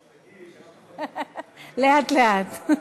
לאט-לאט.